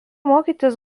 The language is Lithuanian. mokytis